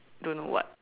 don't know what